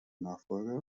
nachfolger